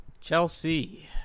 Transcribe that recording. Chelsea